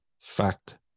fact